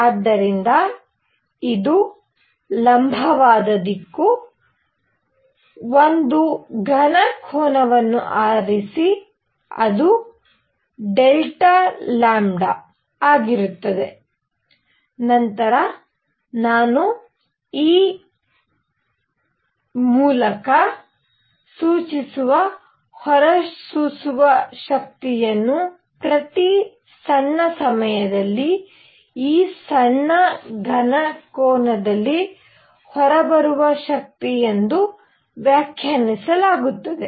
ಆದ್ದರಿಂದ ಇದು ಲಂಬವಾದ ದಿಕ್ಕು ಒಂದು ಘನ ಕೋನವನ್ನು ಆರಿಸಿ ಅದು ΔΩ ನಂತರ ನಾನು e ಮೂಲಕ ಸೂಚಿಸುವ ಹೊರಸೂಸುವ ಶಕ್ತಿಯನ್ನು ಪ್ರತಿ ಸಣ್ಣ ಸಮಯದಲ್ಲಿ ಈ ಸಣ್ಣ ಘನ ಕೋನದಲ್ಲಿ ಹೊರಬರುವ ಶಕ್ತಿ ಎಂದು ವ್ಯಾಖ್ಯಾನಿಸಲಾಗುತ್ತದೆ